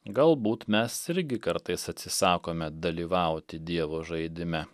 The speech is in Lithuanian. galbūt mes irgi kartais atsisakome dalyvauti dievo žaidime